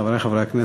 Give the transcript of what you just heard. חברי חברי הכנסת,